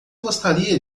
gostaria